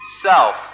self